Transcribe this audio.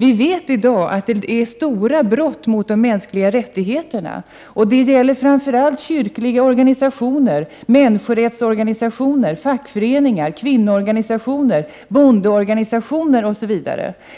Vi vet i dag att det begås stora brott mot de mänskliga rättigheterna. Det gäller framför allt kyrkliga organisationer, människorättsorganisationer, fackföreningar, kvinnoorganisationer och bondeorganisationer.